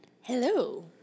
Hello